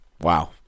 wow